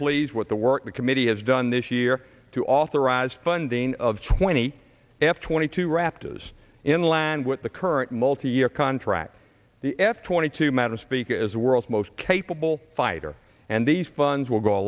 please what the work the committee has done this year to authorize funding of twenty f twenty two raptors in land with the current multi year contract the f twenty two matter speak as world's most capable fighter and these funds will go a